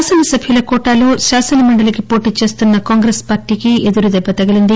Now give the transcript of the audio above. శాసనసభ్యుల కోటలో శాసనమండలికి పోటీ చేస్తున్న కాంగ్రెస్ పార్టీకి ఎదురుదెబ్బ తగిలింది